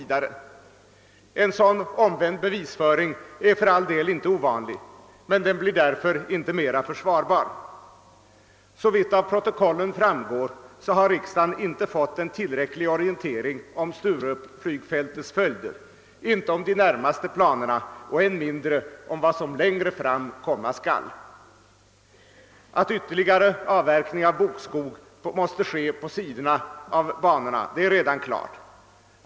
En sådan omvänd bevisföring är för all del inte ovanlig, men den blir därför inte mera försvarbar. Såvitt av protokollen framgår har riksdagen inte fått en tillräcklig orientering om följderna av förläggning av flygfältet till Sturup, inte om de närmaste planerna och än mindre om vad som längre fram komma skall. Att ytterligare avverkning av bokskog måste ske på sidorna av banorna är redan klart.